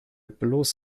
bloß